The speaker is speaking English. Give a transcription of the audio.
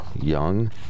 young